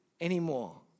anymore